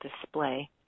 display